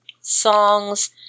songs